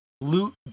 loot